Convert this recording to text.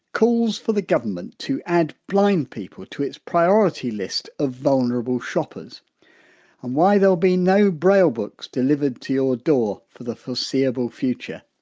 calls for the government to add blind people to its priority list of vulnerable shoppers and why there'll be no braille books delivered to your door for the foreseeable future.